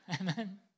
Amen